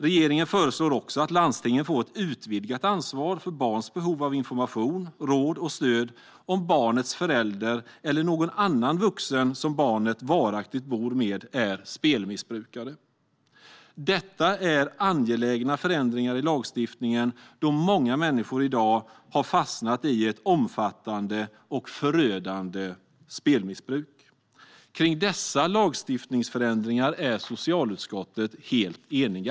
Regeringen föreslår också att landstingen får ett utvidgat ansvar för barns behov av information, råd och stöd om barnets förälder eller någon annan vuxen, som barnet varaktigt bor med, är spelmissbrukare. Detta är angelägna förändringar i lagstiftningen då många människor i dag har fastnat i ett omfattande och förödande spelmissbruk. Kring dessa lagstiftningsförändringar är socialutskottet helt enigt.